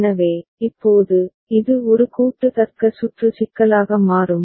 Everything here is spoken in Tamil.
எனவே இப்போது இது ஒரு கூட்டு தர்க்க சுற்று சிக்கலாக மாறும்